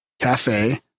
cafe